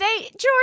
George